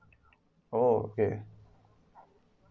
orh okay